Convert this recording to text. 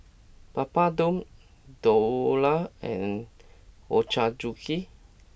Papadum Dhokla and Ochazuke